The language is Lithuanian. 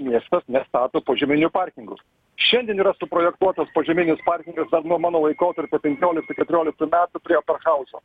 miestas nestato požeminių parkingų šiandien yra suprojektuotas požeminis parkingas dar nuo mano laikotarpio penkioliktų keturioliktų metų prie operhauzo